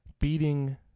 beating